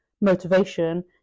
motivation